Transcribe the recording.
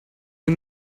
you